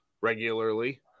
regularly